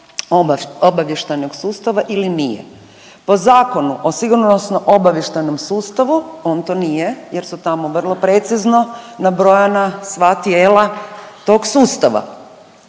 obavještajnog sustava ili nije. Po Zakonu o sigurnosno obavještajnom sustavu on to nije jer su tamo vrlo precizno nabrojana sva tijela tog sustava.